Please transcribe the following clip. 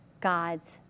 God's